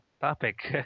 topic